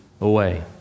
away